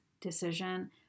decision